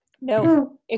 no